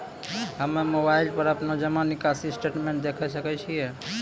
हम्मय मोबाइल पर अपनो जमा निकासी स्टेटमेंट देखय सकय छियै?